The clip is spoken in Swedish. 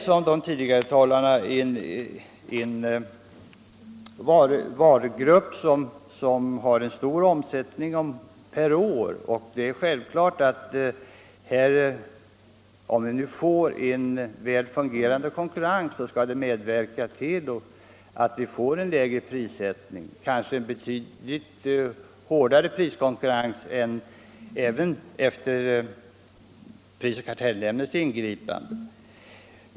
Som tidigare talare framhållit är detta en varugrupp med stor årlig omsättning. Om vi får en väl fungerande konkurrens eller ett ingripande av prisoch kartellnämnden, så medverkar det givetvis till en lägre prissättning.